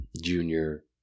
Junior